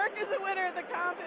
is a winner of the compton